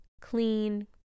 clean